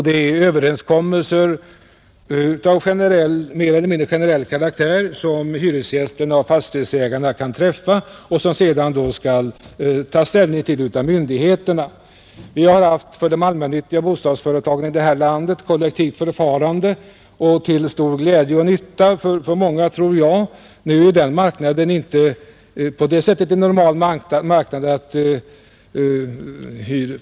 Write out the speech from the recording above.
Det är överenskommelser av mer eller mindre generell karaktär som hyresgästerna och fastighetsägarna kan träffa och som sedan myndigheterna skall ta ställning till. Vi har för de allmännyttiga bostadsföretagen haft kollektivt förfarande — till stor glädje och nytta för många, tror jag. Nu är den marknaden inte jämförbar med den privata marknaden.